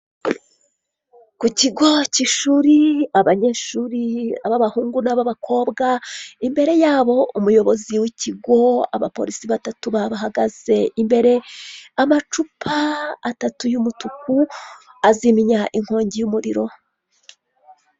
Ku kigo cy'ishuri abanyeshuri b'abahungu n'ab'abakobwa imbere yabo umuyobozi w'ikigo abapolisi batatu babahagaze imbere, amacupa atatu y'umutuku azimya inkongi y'umuriro.